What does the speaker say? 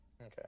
Okay